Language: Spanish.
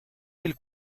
del